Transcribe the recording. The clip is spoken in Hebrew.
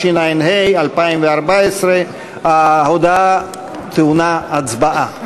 התשע"ה 2014. ההודעה טעונה הצבעה.